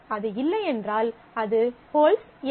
அது இல்லையென்றால் அது ஹோல்ட்ஸ் இல்லை